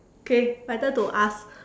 okay my turn to ask